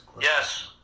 Yes